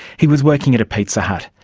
he was working at a pizza hut.